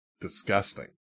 disgusting